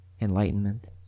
enlightenment